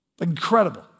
Incredible